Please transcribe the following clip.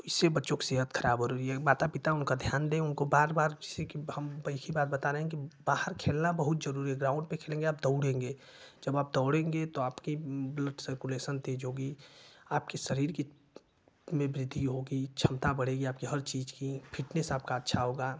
तो इससे बच्चों की सेहत खराब हो रही है माता पिता उनको ध्यान दे उनको बार बार जैसे कि हम एक ही बात बता रहे हैं की बाहर खेलना बहुत जरूरी है ग्राउंड पर खेलेंगे आप दौड़ेंगे जब आप दौड़ेंगे तब आप के ब्लड सर्कुलेशन तेज़ होगी आपके शरीर की में वृद्धि होगी क्षमता बढ़ेगी आपके हर चीज़ की फिटनेस आपका अच्छा होगा